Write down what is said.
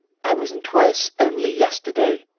i was in twice only yesterday.